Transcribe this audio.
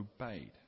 obeyed